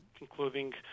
including